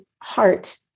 heart